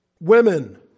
Women